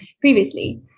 Previously